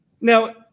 Now